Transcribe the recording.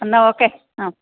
എന്നാൽ ഓക്കെ ആ